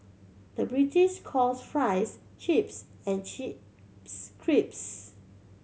the British calls fries chips and chips crisps